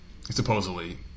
supposedly